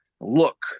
look